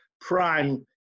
prime